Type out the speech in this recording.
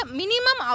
minimum